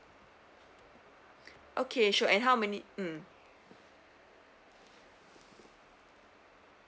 okay sure and how many mm